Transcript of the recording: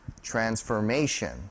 transformation